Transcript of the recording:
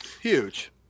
Huge